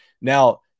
Now